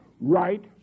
right